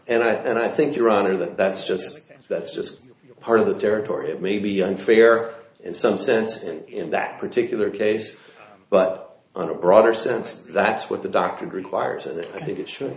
anyway and i think your honor that that's just that's just part of the territory it may be unfair in some sense in that particular case but on a broader sense that's what the doctor grew quiet and i think it should